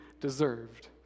deserved